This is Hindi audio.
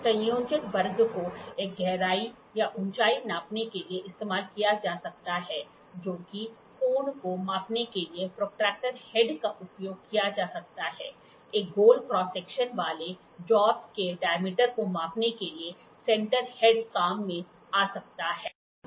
संयोजन वर्ग को एक गहराई या ऊंचाई नापने के लिए इस्तेमाल किया जा सकता है जो कि कोण को मापने के लिए प्रोट्रैक्टर हेड का उपयोग किया जा सकता है एक गोल क्रॉस सेक्शन वाले जॉब के डायमीटर को मापने के लिए सेंटर हेड काम में आ सकता है